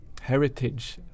heritage